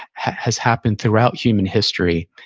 has happened throughout human history,